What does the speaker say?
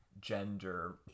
gender